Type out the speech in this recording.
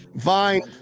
fine